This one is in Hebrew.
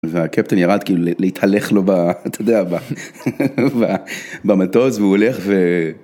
והקפטן ירד כאילו להתהלך לו...ב...אתה יודע, במטוס והוא הולך ו...